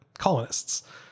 colonists